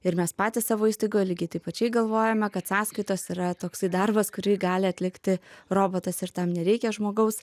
ir mes patys savo įstaigoje lygiai taip pačiai galvojame kad sąskaitos yra toksai darbas kurį gali atlikti robotas ir tam nereikia žmogaus